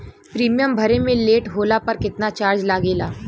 Premium भरे मे late होला पर केतना चार्ज लागेला?